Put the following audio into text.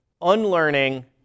unlearning